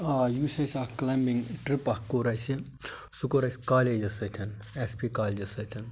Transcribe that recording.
آ یُس أسۍ اَکھ کِلایمبنِگ ٹٕرپ اَکھ کوٚر اَسہِ سُہ کوٚر اَسہِ کالیجس سۭتھۍ ایٚس پی کالجس سۭتھۍ